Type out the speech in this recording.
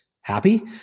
happy